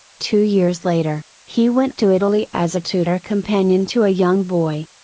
two years later, he went to italy as a tutor companion to a young boy.